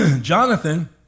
Jonathan